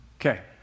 Okay